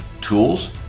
tools